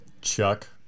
Chuck